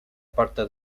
parte